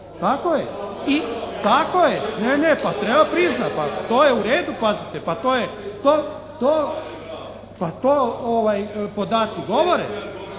Tako je. I, tako je, ne, ne, pa treba priznati, to je u redu, pazite, pa to je. Pa to podaci govore,